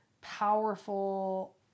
powerful